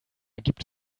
gibt